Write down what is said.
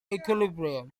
equilibrium